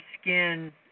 skin